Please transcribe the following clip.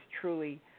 truly